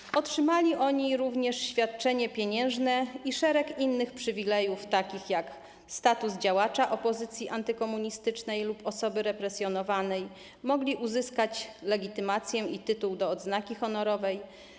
Osoby te otrzymały również świadczenie pieniężne i szereg innych przywilejów, takich jak status działacza opozycji antykomunistycznej lub osoby represjonowanej, mogły uzyskać legitymację i tytuł do odznaki honorowej.